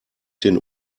den